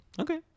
Okay